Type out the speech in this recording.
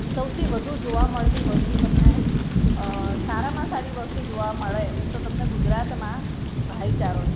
સૌથી વધુ જોવા મળતી વસ્તુ તમને સારામાં સારી વસ્તુ જોવા મળે તો તમને ગુજરાતમાં ભાઈચારો છે